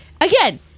again